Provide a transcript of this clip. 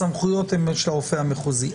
הסמכויות הן של הרופא המחוזי,